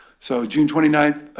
so june twenty nine,